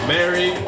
Mary